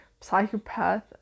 psychopath